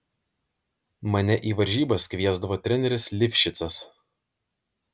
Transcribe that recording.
mane į varžybas kviesdavo treneris livšicas